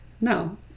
no